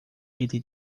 ele